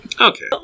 Okay